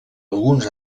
alguns